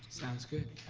sounds good.